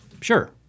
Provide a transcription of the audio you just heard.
sure